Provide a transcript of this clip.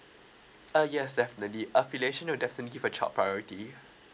uh yes definitely affiliation will definitely give the child priority